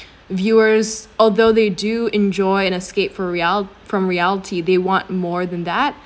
viewers although they do enjoy an escape for rea~ from reality they want more than that